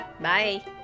Bye